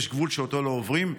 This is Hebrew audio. יש גבול שלא עוברים.